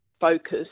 focus